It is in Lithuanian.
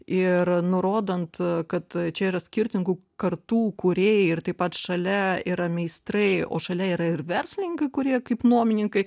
ir nurodant kad čia yra skirtingų kartų kūrėjai ir taip pat šalia yra meistrai o šalia yra ir verslininkai kurie kaip nuomininkai